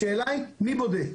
השאלה, מי בודק?